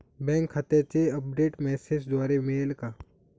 Bank खात्याचे update मेसेजद्वारे मिळेल का?